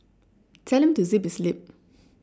tell him to zip his lip